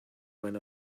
went